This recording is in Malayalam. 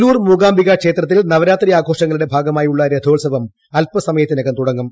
കൊല്ലൂർ മൂകാംബിക ക്ഷേത്രത്തിൽ നവരാത്രി ആ്ഘോഷങ്ങളുടെ ഭാഗമായുള്ള രഥോത്സവം അൽപസമയത്തിനകം തുടങ്ങും